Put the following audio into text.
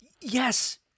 Yes